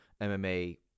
MMA